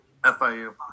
FIU